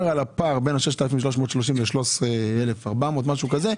אומר על הפער בין ה- 6,330 ₪ ל- 13,400 משהו כזה,